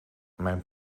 mijn